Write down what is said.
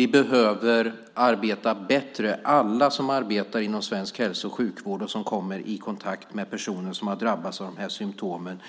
Vi behöver arbeta bättre. Alla som arbetar inom svensk hälso och sjukvård och som kommer i kontakt med personer som har drabbats av de här symtomen